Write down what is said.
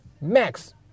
max